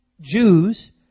Jews